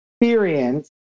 experience